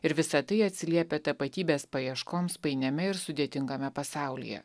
ir visa tai atsiliepia tapatybės paieškoms painiame ir sudėtingame pasaulyje